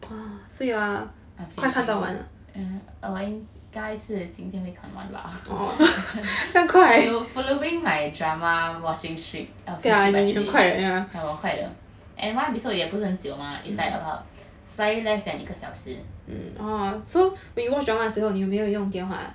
I'm finishing yeah 我应该是今天会看完吧 following my drama watching streak I will finish by today ya 我很快的 and one episode 也不是很久嘛 it's like about slightly less than 一个小时